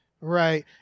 Right